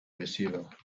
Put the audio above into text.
receiver